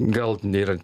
gal nėra